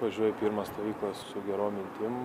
važiuoju pirmą stivyklą su gerom mintim